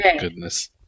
goodness